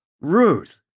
Ruth